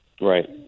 Right